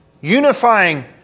unifying